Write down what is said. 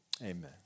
Amen